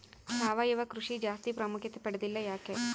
ಸಾವಯವ ಕೃಷಿ ಜಾಸ್ತಿ ಪ್ರಾಮುಖ್ಯತೆ ಪಡೆದಿಲ್ಲ ಯಾಕೆ?